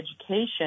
education